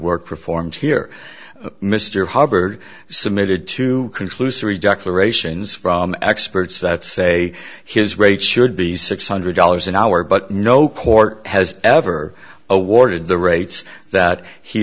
work performed here mr hubbard submitted to conclusory declarations from experts that say his rate should be six hundred dollars an hour but no court has ever awarded the rates that he